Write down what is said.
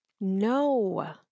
No